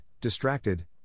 distracted